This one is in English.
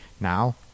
now